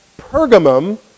Pergamum